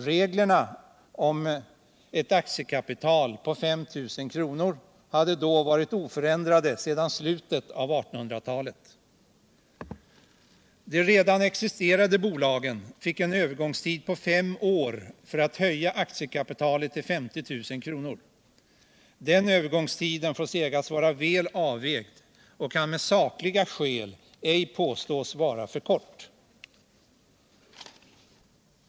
Reglerna om ett aktiekapital på 5 000 kr. hade då varit oförändrade sedan slutet av 1800-talet. De redan existerande bolagen fick en övergångstid på fem år för att höja aktiekapitalet till 50 000 kr. Den övergångstiden får sägas vara väl avvägd och kan med sakliga skäl ej påstås vara för kort.